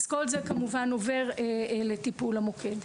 אז כל זה כמובן עובר לטיפול המוקד.